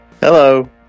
Hello